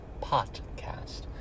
Podcast